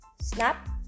snap